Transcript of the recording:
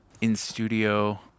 in-studio